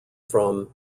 from